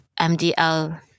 MDL